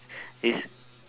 this